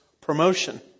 promotion